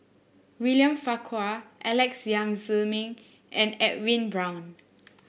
William Farquhar Alex Yam Ziming and Edwin Brown